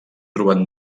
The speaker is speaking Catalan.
trobat